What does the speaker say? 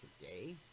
today